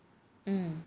hmm